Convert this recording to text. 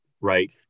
right